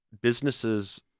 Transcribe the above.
businesses